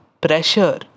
pressure